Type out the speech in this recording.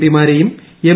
P മാരെയും M